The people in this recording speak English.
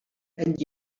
and